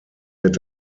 wird